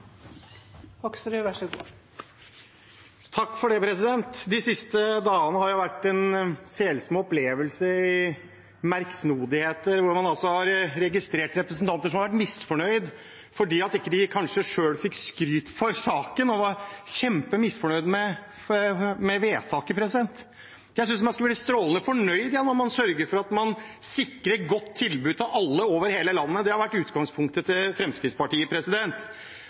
De siste dagene har vært en selsom opplevelse i merksnodigheter der man altså har registrert representanter som har vært misfornøyd fordi de kanskje ikke selv fikk skryt for saken, og var kjempemisfornøyd med vedtaket. Jeg synes man skulle være strålende fornøyd når man sørger for å sikre et godt tilbud til alle over hele landet. Det har vært utgangspunktet til Fremskrittspartiet.